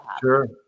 sure